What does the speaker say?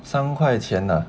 三块钱 ah